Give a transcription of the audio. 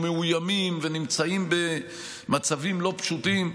מאוימים ונמצאים במצבים לא פשוטים.